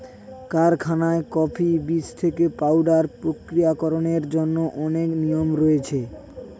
কারখানায় কফি বীজ থেকে পাউডার প্রক্রিয়াকরণের জন্য অনেক নিয়ম রয়েছে